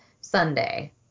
Sunday